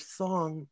song